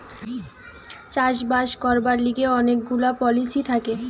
চাষ বাস করবার লিগে অনেক গুলা পলিসি থাকে